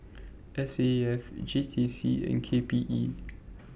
S A F J T C and K P E